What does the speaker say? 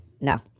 No